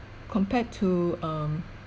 compared to um